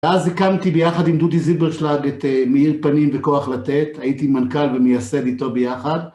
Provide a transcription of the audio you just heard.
ואז קמתי ביחד עם דודי זילברשלג את מהיר פנים וכוח לתת, הייתי מנכל ומייסד איתו ביחד.